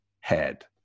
head